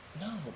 No